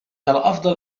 الأفضل